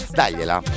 dagliela